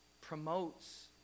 promotes